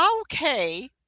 okay